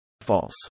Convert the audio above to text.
False